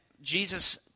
Jesus